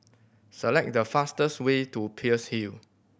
select the fastest way to Peirce Hill